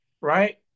right